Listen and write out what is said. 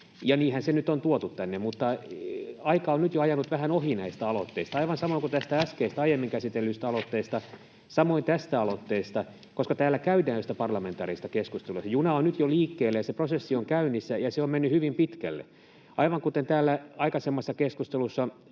niinhän se nyt on tuotu tänne, mutta aika on nyt jo ajanut vähän ohi näistä aloitteista — aivan samoin kuin tästä äskeisestä, aiemmin käsitellystä aloitteesta, samoin tästä aloitteesta, koska täällä käydään sitä parlamentaarista keskustelua. Se juna on nyt jo liikkeellä ja se prosessi on käynnissä, ja se on mennyt hyvin pitkälle. Aivan kuten täällä aikaisemmassa keskustelussa